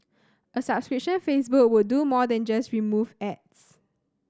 a subscription Facebook would do more than just remove ads